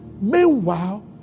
Meanwhile